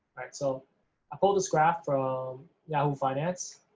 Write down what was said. so i pulled this graph from yahoo finance.